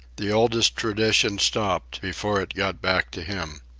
the oldest tradition stopped before it got back to him.